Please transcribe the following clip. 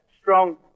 strong